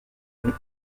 une